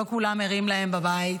שלא כולם ערים להם בבית,